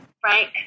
frank